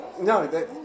No